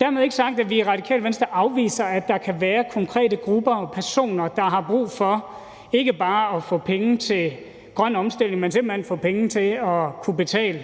Dermed ikke sagt, at vi i Radikale Venstre afviser, at der kan være konkrete grupper og personer, der har brug for ikke bare at få penge til grøn omstilling, men simpelt hen få penge til at kunne betale